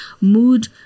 mood